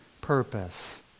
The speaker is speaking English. purpose